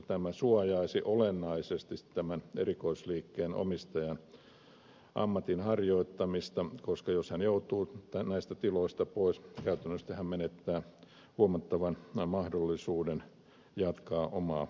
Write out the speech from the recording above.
tämä suojaisi olennaisesti tämän erikoisliikkeen omistajan ammatinharjoittamista koska jos hän joutuu näistä tiloista pois käytännöllisesti hän menettää huomattavan mahdollisuuden jatkaa omaa elinkeinoaan